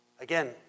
Again